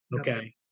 Okay